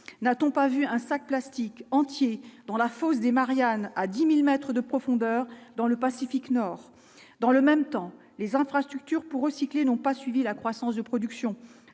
n'a-t-on pas vu un sac plastique entier dans la fosse des Mariannes à 10000 mètres de profondeur dans le Pacifique Nord dans le même temps, les infrastructures pour recycler n'ont pas suivi la croissance de production,